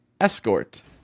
Escort